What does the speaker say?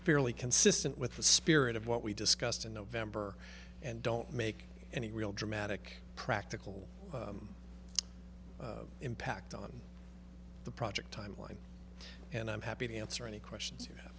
fairly consistent with the spirit of what we discussed in november and don't make any real dramatic practical impact on the project timeline and i'm happy to answer any questions